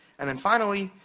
and then finally,